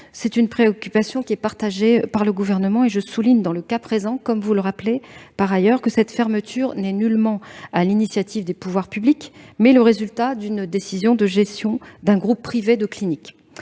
Cette préoccupation est partagée par le Gouvernement. Dans le cas présent, comme vous le rappelez par ailleurs, cette fermeture n'est nullement réalisée sur l'initiative des pouvoirs publics, mais résulte d'une décision de gestion d'un groupe privé de cliniques.